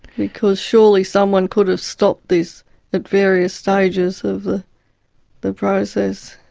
because surely someone could've stopped this at various stages of the the process.